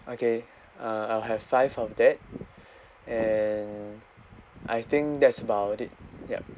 okay uh I'll have five of that and I think that's about it yup